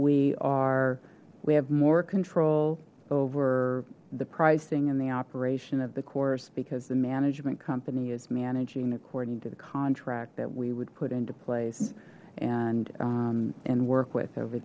we are we have more control over the pricing and the operation of the course because the management company is managing according to the contract that we would put into place and and work with over